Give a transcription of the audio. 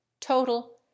total